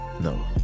no